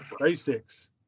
Basics